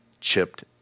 chipped